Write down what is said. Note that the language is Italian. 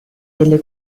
delle